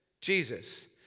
Jesus